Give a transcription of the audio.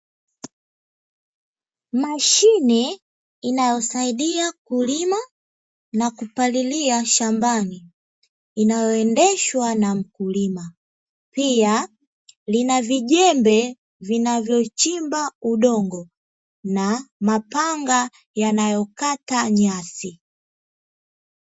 Mashine inayosaidia kulima na kupalilia shambani, inayoendeshwa na mkulima, pia lina vijembe vinavyochimba udongo na mapanga yanayokata nyasi.